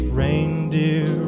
reindeer